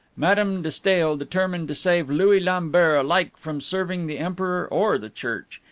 madame de stael determined to save louis lambert alike from serving the emperor or the church,